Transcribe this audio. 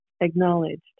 acknowledged